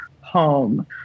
home